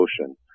ocean